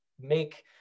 make